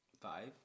five